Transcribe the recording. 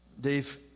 Dave